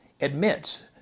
admits